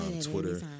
Twitter